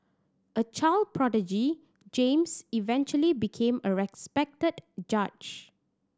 a child prodigy James eventually became a respected judge